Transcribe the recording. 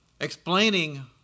explaining